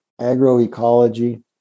agroecology